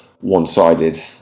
one-sided